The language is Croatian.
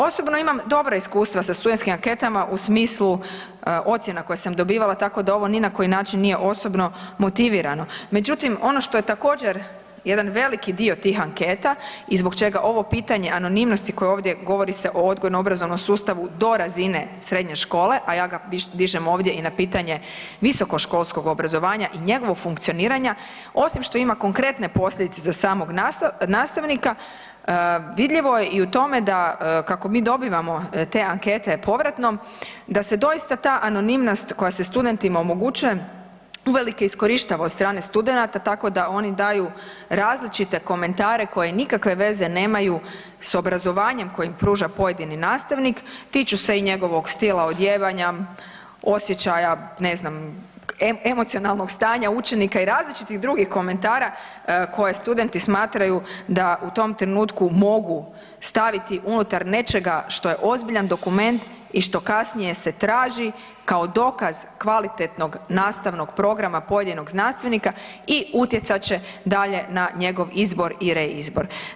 Osobno imam dobra iskustva sa studentskim anketama u smislu ocjena koje sam dobivala, tako da ovo ni na koji način nije osobno motivirano, međutim, ono što je također jedan veliki dio tih anketa i zbog čega ovo pitanje anonimnosti koje ovdje govori se o odgojno-obrazovnom sustavu do razine srednje škole, a ja ga dižem ovdje i na pitanje visokoškolskog obrazovanje i njegovo funkcioniranja, osim što ima konkretne posljedice za samog nastavnika vidljivo i u tome kako mi dobivamo te ankete povratno, da se doista ta anonimnost koja se studentima omogućuje uvelike iskorištava od strane studenata, tako da oni daju različite komentare, koji nikakve veze nemaju s obrazovanjem koje im pruža pojedini nastavnik, tiču se i njegovog stila odijevanja, osjećaja, ne znam, emocionalnog stanja učenika i različitih drugih komentara koji studenti smatraju da u tom trenutku mogu staviti unutar nečega što je ozbiljan dokument i što kasnije se traži kao dokaz kvalitetnog nastavnog programa pojedinog znanstvenika i utjecat će dalje na njegov izbor i reizbor.